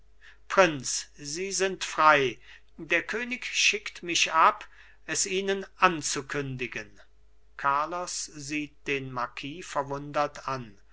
prinz sie sind frei der könig schickt mich ab es ihnen anzukündigen carlos sieht den marquis verwundernd an